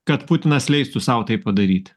kad putinas leistų sau tai padaryt